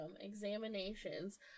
examinations